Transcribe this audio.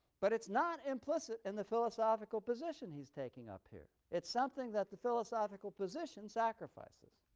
but it's not implicit in the philosophical position he's taking up here. it's something that the philosophical position sacrifices.